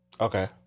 Okay